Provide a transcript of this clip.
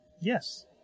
yes